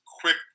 quick